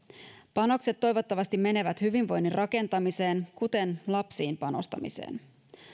panokset toivottavasti menevät hyvinvoinnin rakentamiseen kuten lapsiin panostamiseen